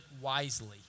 wisely